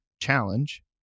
challenge